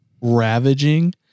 ravaging